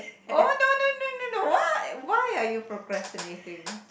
oh no no no no why why are you procrastinating